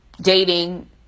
dating